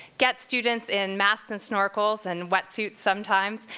get students in masks and snorkels, and wetsuits sometimes,